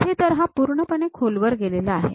इथे तर हा पूर्णपणे खोलवर गेलेला आहे